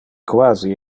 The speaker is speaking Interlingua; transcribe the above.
quasi